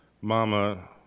Mama